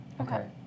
Okay